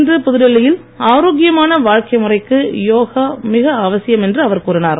இன்று புதுடில்லியில் ஆரோக்கியமான வாழ்க்கை முறைக்கு யோகா மிக அவசியம் என்றார்